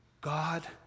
God